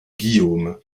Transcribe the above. guillaume